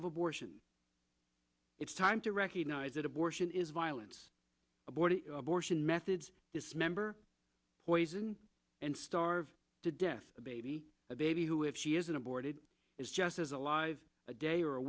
of abortion it's time to recognize that abortion is violence abortion methods dismember poison and starve to death a baby a baby who if she isn't aborted is just as alive a day or a